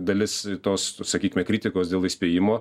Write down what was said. dalis tos sakykime kritikos dėl įspėjimo